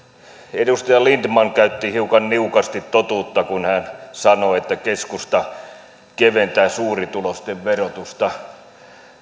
edustaja lindtman käytti hiukan niukasti totuutta kun hän sanoi että keskusta keventää suurituloisten verotusta